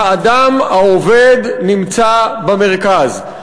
האדם העובד נמצא במרכז,